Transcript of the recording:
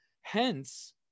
Hence